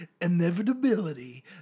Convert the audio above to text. Inevitability